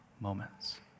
moments